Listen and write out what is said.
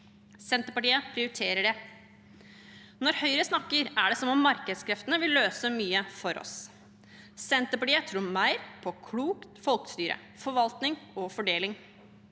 Senterpartiet prioriterer det. Når Høyre snakker, er det som om markedskreftene vil løse mye for oss. Senterpartiet tror mer på klokt folkestyre, forvaltning og fordeling.